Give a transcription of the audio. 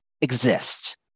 exist